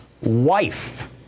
wife